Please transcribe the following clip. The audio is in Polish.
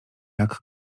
jak